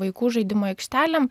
vaikų žaidimų aikštelėm